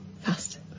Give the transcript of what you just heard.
Fast